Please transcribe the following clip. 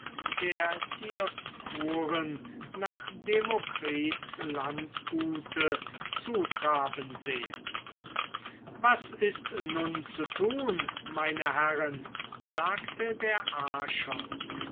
der dioskuren dem landgute des demokritus zu traben gesehen habe was ist nun zu tun meine herren sagte der